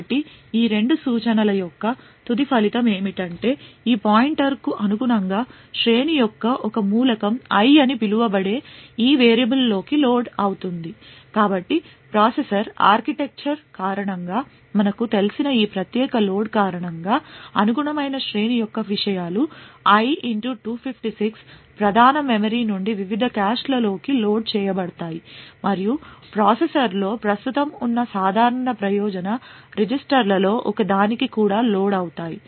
కాబట్టి ఈ రెండు సూచనల యొక్క తుది ఫలితం ఏమిటంటే ఈ పాయింటర్కు అనుగుణంగా శ్రేణి యొక్క ఒక మూలకం i అని పిలువబడే ఈ వేరియబుల్లోకి లోడ్ అవుతుంది కాబట్టి ప్రాసెసర్ ఆర్కిటెక్చర్ కారణంగా మనకు తెలిసిన ఈ ప్రత్యేక లోడ్ కారణంగా అనుగుణమైన శ్రేణి యొక్క విషయాలు i 256ప్రధాన మెమరీ నుండి వివిధ కాష్లలోకి లోడ్ చేయబడతాయి మరియు ప్రాసెసర్ లో ప్రస్తుతం ఉన్న సాధారణ ప్రయోజన రిజిస్టర్ల లో ఒకదాని కి కూడా లోడ్ అవుతాయి